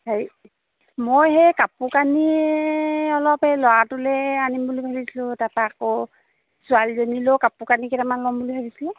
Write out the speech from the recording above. হেৰি মই সেই কাপোৰ কানি অলপ এই ল'ৰাটোলৈ আনিম বুলি ভাবিছিলোঁ তাৰপৰা আকৌ ছোৱালীজনীলৈও কাপোৰ কানি কেইটামান ল'ম বুলি ভাবিছিলোঁ